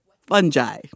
fungi